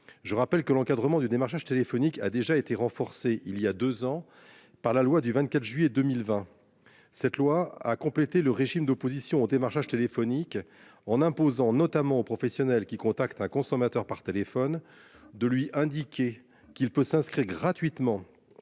Je rappelle que l'encadrement du démarchage téléphonique a déjà été renforcée. Il y a 2 ans par la loi du 24 juillet 2020. Cette loi a complété le régime d'opposition au démarchage téléphonique en imposant notamment aux professionnels qui contacte un consommateur par téléphone de lui indiquer qu'il peut s'inscrit gratuitement.